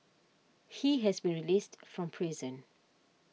he has been released from prison